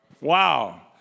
Wow